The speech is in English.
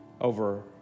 over